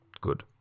Good